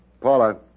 Paula